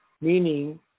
meaning